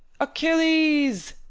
achilles!